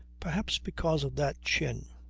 perhaps because of that chin.